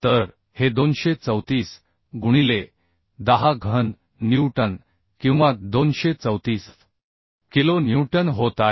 तर हे 234 गुणिले 10 घन न्यूटन किंवा 234 किलो न्यूटन होत आहे